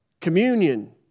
communion